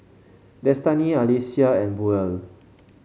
Destany Alecia and Buell